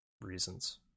reasons